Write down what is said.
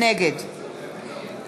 נגד עליזה לביא,